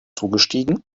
zugestiegen